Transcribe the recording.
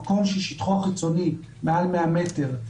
מרו ששטחו החיצוני מעל 100 מטר,